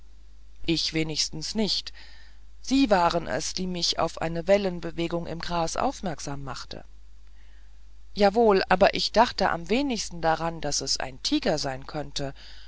ich wenigstens nicht sie waren es die mich auf eine wellenbewegung im gras aufmerksam machten jawohl aber ich dachte am wenigsten daran daß es ein tiger sein könnte